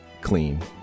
clean